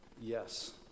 yes